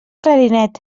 clarinet